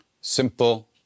simple